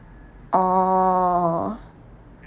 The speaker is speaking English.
oh